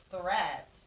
threat